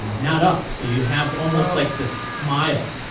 not up so you have the almost like the smile.